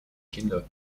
kinder